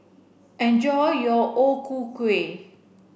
enjoy your O Ku Kueh